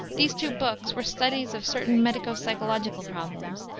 these two books were studies of certain medico-psychological problems.